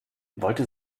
wollte